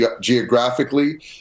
geographically